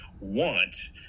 want